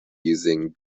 using